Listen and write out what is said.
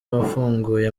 wafunguye